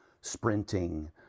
sprinting